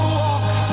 walk